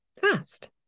fast